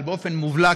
אבל באופן מובלע,